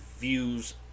views